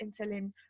insulin